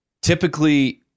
typically